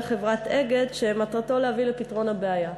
חברת "אגד" שמטרתו להביא לפתרון הבעיה.